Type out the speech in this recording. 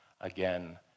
again